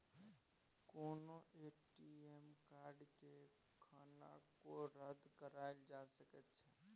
कोनो ए.टी.एम कार्डकेँ कखनो रद्द कराएल जा सकैत छै